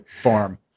farm